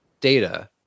data